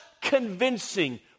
convincing